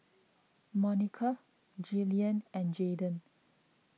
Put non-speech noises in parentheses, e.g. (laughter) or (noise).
Monica Jillian and Jaydan (noise)